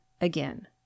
again